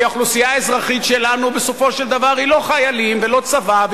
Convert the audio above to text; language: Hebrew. כי האוכלוסייה האזרחית שלנו בסופו של דבר היא לא חיילים ולא צבא,